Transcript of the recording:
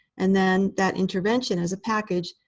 and then that intervention, as a package,